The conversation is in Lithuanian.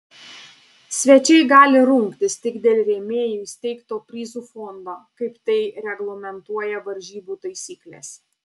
svečiai gali rungtis tik dėl rėmėjų įsteigto prizų fondo kaip tai reglamentuoja varžybų taisyklės